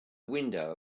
window